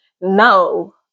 No